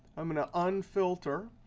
i'm going to unfilter.